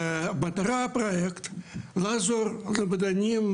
מטרת הפרויקט לעזור למדענים,